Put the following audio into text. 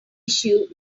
issue